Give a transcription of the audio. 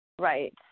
Right